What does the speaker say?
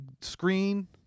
screen